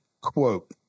quote